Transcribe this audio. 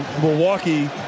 Milwaukee